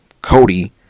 Cody